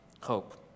hope